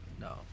No